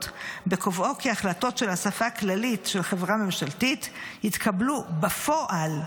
בקובעו כי החלטות של אספה כללית של חברה ממשלתיות יתקבלו בפועל,